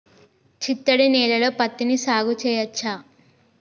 చిత్తడి నేలలో పత్తిని సాగు చేయచ్చా?